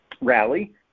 Rally